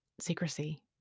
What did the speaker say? secrecy